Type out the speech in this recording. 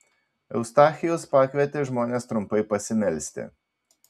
eustachijus pakvietė žmones trumpai pasimelsti